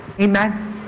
Amen